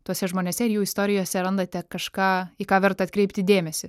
tuose žmonėse ir jų istorijose randate kažką į ką verta atkreipti dėmesį